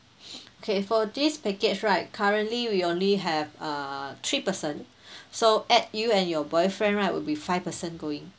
okay for this package right currently we only have uh three person so add you and your boyfriend right will be five person going